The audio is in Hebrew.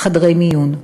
חדרי מיון.